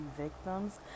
victims